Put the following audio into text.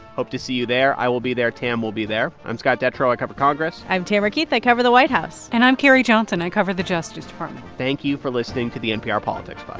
hope to see you there. i will be there. tam will be there i'm scott detrow. i cover congress i'm tamara keith. i cover the white house and i'm carrie johnson. i cover the justice department thank you for listening to the npr politics